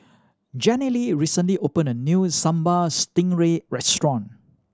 Jenilee recently opened a new Sambal Stingray restaurant